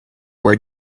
where